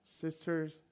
sisters